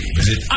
visit